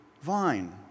vine